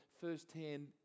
first-hand